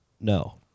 No